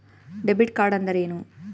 Debit ಕಾರ್ಡ್ಅಂದರೇನು?